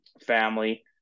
family